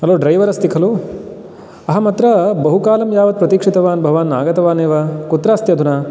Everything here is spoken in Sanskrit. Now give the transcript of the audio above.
हेलो ड्रैवर् अस्ति खलु अहम् अत्र बहुकालं यावत् प्रतिक्षीतवान् भवान् नागतवान् एव कुत्र अस्ति अधुना